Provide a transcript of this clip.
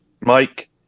Mike